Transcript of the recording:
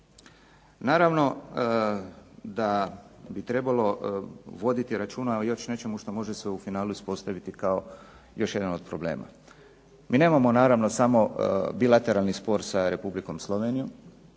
Naravno da bi trebalo voditi računa o još nečemu što može se u finalu ispostaviti kao još jedan od problema. Mi nemamo naravno samo bilateralni spor sa Republikom Slovenijom.